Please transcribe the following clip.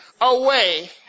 away